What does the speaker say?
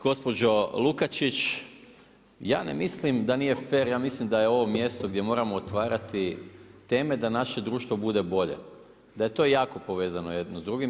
Gospođo Lukačić, ja ne mislim da nije fer, ja mislim da je ovo mjesto gdje moramo otvarati teme da naše društvo bude bolje, da je to jako povezano jedno s drugim.